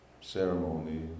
ceremony